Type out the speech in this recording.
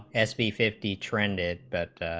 sb fifty trended that